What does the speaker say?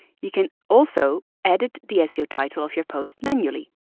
you can also edit the seo title of your post manually.